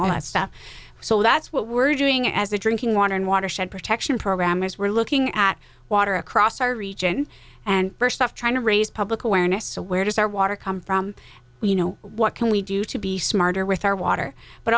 all that stuff so that's what we're doing as a drinking water and watershed protection program is we're looking at water across our region and stuff trying to raise public awareness so where does our water come from you know what can we do to be smarter with our water but